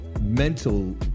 mental